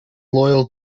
loyal